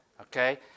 Okay